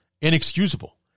Inexcusable